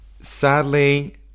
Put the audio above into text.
Sadly